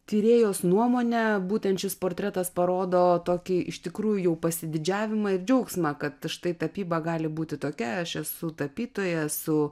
tyrėjos nuomone būtent šis portretas parodo tokį iš tikrųjų pasididžiavimą ir džiaugsmą kad štai tapyba gali būti tokia aš esu tapytoja esu